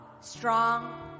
strong